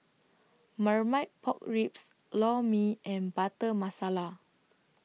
Marmite Pork Ribs Lor Mee and Butter Masala